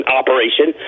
operation